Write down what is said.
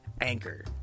Anchor